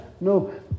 No